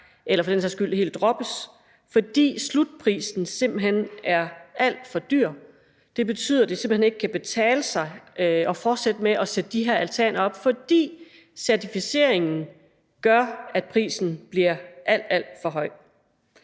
eller som for den sags skyld helt bliver droppet, fordi slutprisen simpelt hen gør, at det bliver at for dyrt. Det betyder, at det simpelt hen ikke kan betale sig at fortsætte med at sætte de her altaner op, fordi certificeringen gør, at prisen bliver alt for høj.